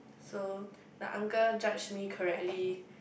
so the uncle judged me correctly